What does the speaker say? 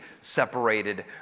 separated